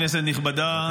כנסת נכבדה,